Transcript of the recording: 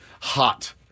hot